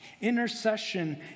Intercession